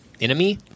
Enemy